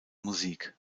musik